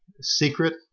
secret